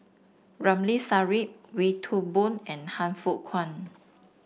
Ramli Sarip Wee Toon Boon and Han Fook Kwang